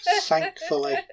Thankfully